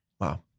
wow